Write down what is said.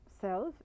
self